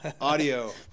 audio